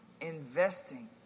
investing